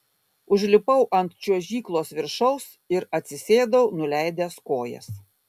užlipau ant čiuožyklos viršaus ir atsisėdau nuleidęs kojas